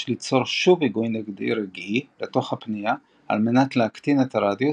יש ליצור שוב היגוי נגדי רגעי לתוך הפנייה על מנת להקטין את הרדיוס,